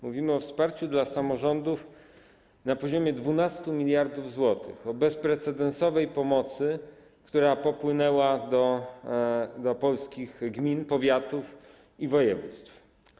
Mówimy o wsparciu dla samorządów na poziomie 12 mld zł, o bezprecedensowej pomocy, która popłynęła do polskich gmin, powiatów i województw.